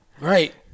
right